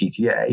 gta